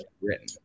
written